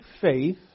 faith